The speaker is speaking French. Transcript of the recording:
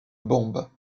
bombes